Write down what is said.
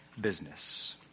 business